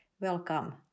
Welcome